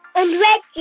and reggie.